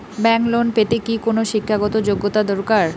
Bank loan পেতে কি কোনো শিক্ষা গত যোগ্য দরকার?